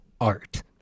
art